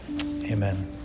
amen